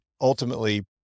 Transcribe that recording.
ultimately